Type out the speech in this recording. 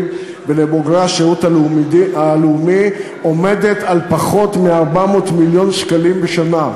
ולבוגרי השירות הלאומי היא פחות מ-400 מיליון שקלים בשנה.